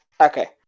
okay